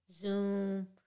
Zoom